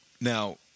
Now